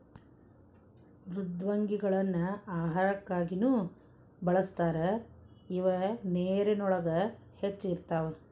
ಮೃದ್ವಂಗಿಗಳನ್ನ ಆಹಾರಕ್ಕಾಗಿನು ಬಳಸ್ತಾರ ಇವ ನೇರಿನೊಳಗ ಹೆಚ್ಚ ಇರತಾವ